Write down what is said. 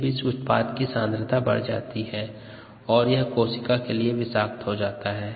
इस बीच उत्पाद की सांद्रता बढ़ जाती है और यह कोशिका के लिए विषाक्त हो जाता है